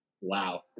Wow